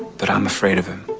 but i'm afraid of him.